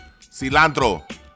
Cilantro